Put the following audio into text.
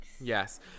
Yes